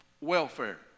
welfare